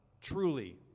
truly